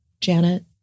Janet